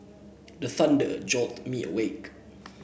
the thunder jolt me awake